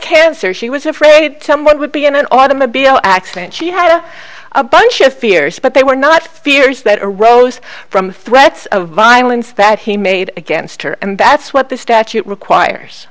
cancer she was afraid someone would be in an automobile accident she had a bunch of fears but they were not fears that arose from threats of violence that he made against her and that's what the statute requires